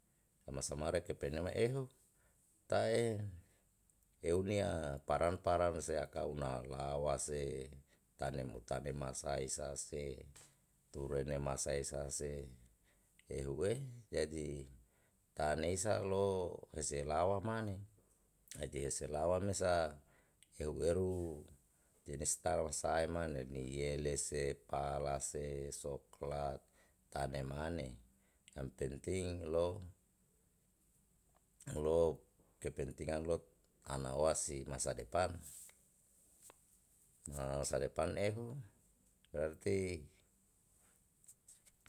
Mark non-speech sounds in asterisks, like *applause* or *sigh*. Sama-sama re kepenia ma ehu ta'e eu nia param param se akau na la wase tane mutane masae isa se turene masae sae isa se ehu *hesitation* jadi tanei sa lo hesi elawa mane jadi ose lawa mesa ehu eru jenis *unintelligible* sae mane niele se pala se soklat tanemane yang penting lo lo kepentingan lo anawa si masa depan *unintelligible* masa depan ehu berati.